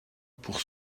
pour